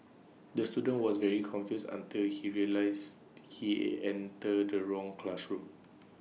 the student was very confused until he realised he entered the wrong classroom